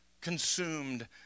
Consumed